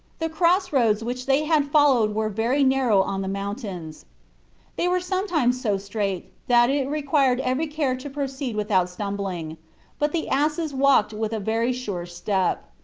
the cross roads which they had followed were very narrow on the mountains they were sometimes so strait that it required every care to proceed without stumbling but the asses walked with a very sure step.